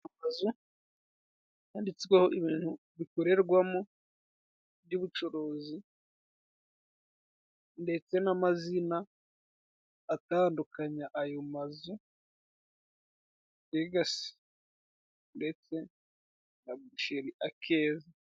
Iyi ni inzu yanditsweho ibintu bikorerwamo by'ubucuruzi, ndetse n'amazina atandukanya ayo mazu Regasi ndetse na Busheri akeza.